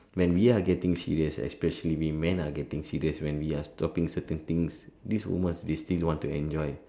when we are getting serious especially we men are getting serious when we are stopping certain things this woman she still want to enjoy